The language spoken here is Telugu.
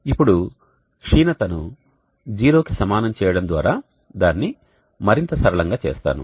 ఇప్పుడు క్షీణతను 0 కి సమానం చేయడం ద్వారా దాన్ని మరింత సరళంగా చేస్తాను